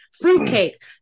Fruitcake